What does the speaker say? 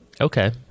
Okay